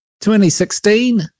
2016